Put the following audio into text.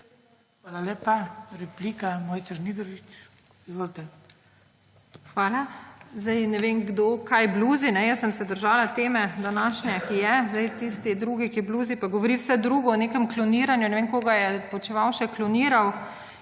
Hvala. Zdaj, ne vem, kdo kaj bluzi, ne. Jaz sem se držala teme, današnje, ki je, zdaj tisti drugi, ki bluzi pa govori vse drugo, o nekem kloniranju in ne vem koga je Počivalšek kloniral